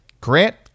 Grant